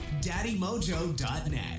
daddymojo.net